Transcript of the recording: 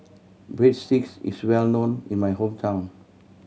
breadsticks is well known in my hometown